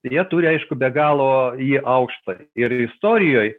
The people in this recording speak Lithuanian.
ir jie turi aišku be galo jį aukštą ir istorijoj